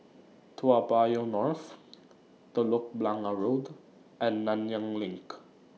Toa Payoh North Telok Blangah Road and Nanyang LINK